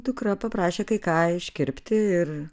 dukra paprašė kai ką iškirpti ir